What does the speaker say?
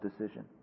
decision